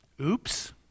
oops